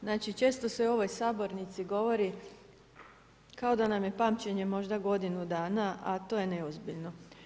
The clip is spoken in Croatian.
Znači, često se u ovoj sabornici govori kao da nam je pamćenje možda godinu dana, a to je neozbiljno.